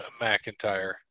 McIntyre